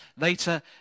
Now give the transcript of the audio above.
Later